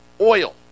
Oil